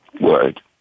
word